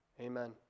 Amen